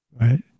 Right